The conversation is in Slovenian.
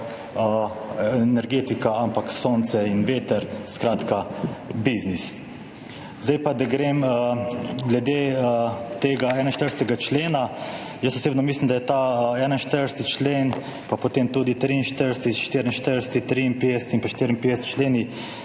hidroenergetika, ampak sonce in veter, skratka biznis. Zdaj pa glede tega 41. člena. Jaz osebno mislim, da je ta 41. člen, pa potem tudi 43., 44., 53. in 54. člen,